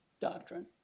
doctrine